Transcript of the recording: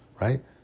Right